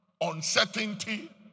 uncertainty